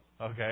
Okay